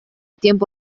tiempo